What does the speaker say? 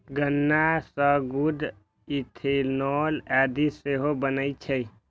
गन्ना सं गुड़, इथेनॉल आदि सेहो बनै छै